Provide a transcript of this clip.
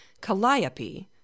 Calliope